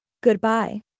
Goodbye